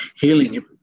healing